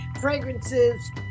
fragrances